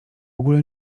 ogóle